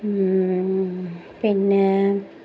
പിന്നെ